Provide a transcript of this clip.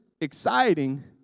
exciting